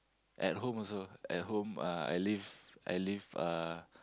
at home also at home uh I live I live uh